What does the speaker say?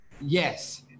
Yes